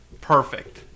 perfect